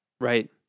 Right